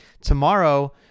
tomorrow